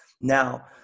Now